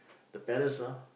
the parents ah